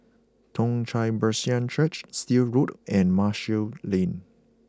Toong Chai Presbyterian Church Still Road and Marshall Lane